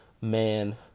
man